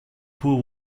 poor